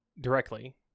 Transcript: directly